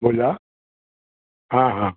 बोला हां हां